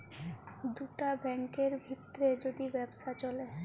দুটা ব্যাংকের ভিত্রে যদি ব্যবসা চ্যলে